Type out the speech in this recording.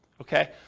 Okay